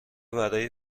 برای